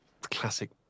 classic